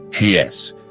Yes